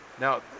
Now